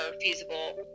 feasible